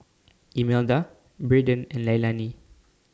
Imelda Braden and Leilani